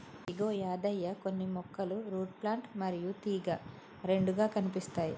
ఇగో యాదయ్య కొన్ని మొక్కలు root plant మరియు తీగ రెండుగా కనిపిస్తాయి